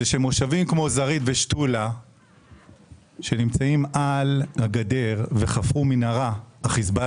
מושבים כמו זרעית ושתולה נמצאים על הגדר וחיזבאללה חפרו שם מנהרה.